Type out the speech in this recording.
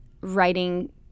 writing